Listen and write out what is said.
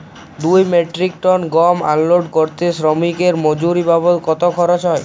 দুই metric ton গম unload করতে শ্রমিক এর মজুরি বাবদ কত খরচ হয়?